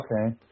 okay